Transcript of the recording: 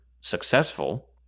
successful